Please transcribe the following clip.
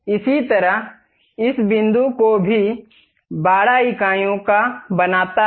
इसी तरह इस बिंदु को भी 12 इकाइयों का बनाता है